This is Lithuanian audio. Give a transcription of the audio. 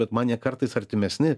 bet man jie kartais artimesni